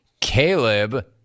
Caleb